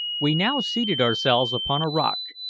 we now seated ourselves upon a rock,